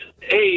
Hey